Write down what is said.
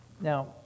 Now